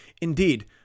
Indeed